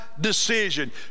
decision